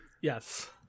Yes